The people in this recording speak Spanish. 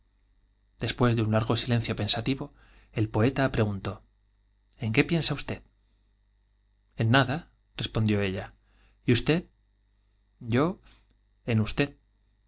después de silencio pensativo el poeta un largó preguntó en qué piensa usted en nada repuso ella y usted yo en usted